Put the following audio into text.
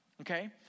okay